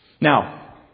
Now